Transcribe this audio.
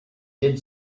did